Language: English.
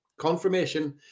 Confirmation